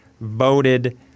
voted